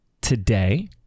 today